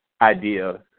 idea